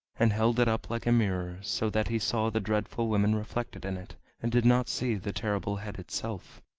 and held it up like a mirror, so that he saw the dreadful women reflected in it, and did not see the terrible head itself.